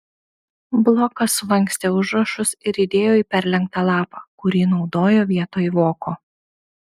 blokas sulankstė užrašus ir įdėjo į perlenktą lapą kurį naudojo vietoj voko